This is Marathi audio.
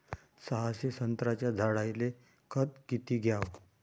सहाशे संत्र्याच्या झाडायले खत किती घ्याव?